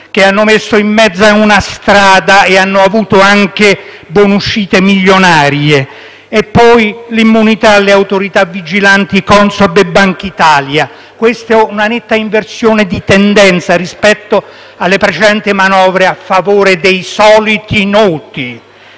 che hanno messo in mezzo a una strada persone e hanno avuto anche una buonuscita milionaria. E ricordiamo l'immunità alle autorità vigilanti, Consob e Bankitalia. Questa è una netta inversione di tendenza rispetto alle precedenti manovre a favore dei soliti noti.